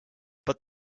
but